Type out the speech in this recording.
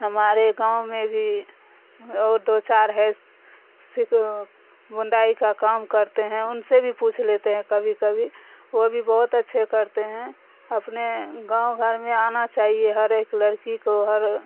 ہمارے گاؤں میں بھی اور دو چار ہے سکھ بندائی کا کام کرتے ہیں ان سے بھی پوچھ لیتے ہیں کبھی کبھی وہ بھی بہت اچھے کرتے ہیں اپنے گاؤں گھر میں آنا چاہیے ہر ایک لڑکی کو ہر